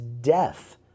death